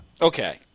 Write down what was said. Okay